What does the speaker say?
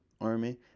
Army